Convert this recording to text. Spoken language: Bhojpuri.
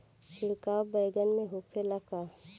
छिड़काव बैगन में होखे ला का?